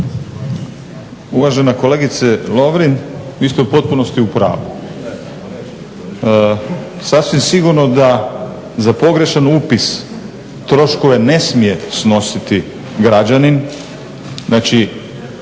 Uvažena kolegice Lovirn vi ste u potpunosti upravu. Sasvim sigurno da za pogrešan upis troškove ne smije snositi građanin. Znači